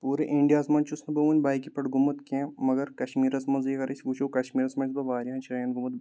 پوٗرٕ اِنڈیاہَس منٛز چھُنہٕ بہٕ وٕنہِ بایکہِ پٮ۪ٹھ گوٚمُت کینٛہہ مگر کَشمیٖرَس منٛزٕے اگر أسۍ وٕچھو کَشمیٖرَس منٛز چھُ بہٕ واریاہَن جایَن گوٚمُت